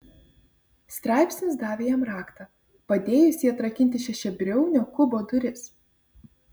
straipsnis davė jam raktą padėjusį atrakinti šešiabriaunio kubo duris